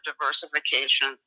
diversification